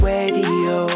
Radio